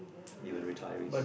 even retirees